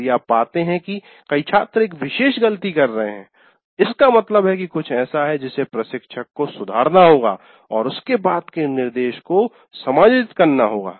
यदि आप पाते हैं कि कई छात्र एक विशेष गलती कर रहे हैं इसका मतलब है कि कुछ ऐसा है जिसे प्रशिक्षक को सुधारना होगा और उसके बाद के निर्देश को समायोजित करना होगा